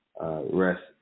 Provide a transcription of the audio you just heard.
rest